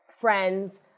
friends